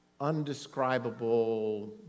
undescribable